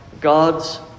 God's